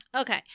okay